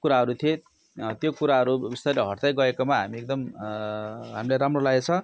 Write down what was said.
कुराहरू थिए त्यो कुराहरू बिस्तारो हट्दै गएकोमा हामी एकदम हामीलाई राम्रो लागेको छ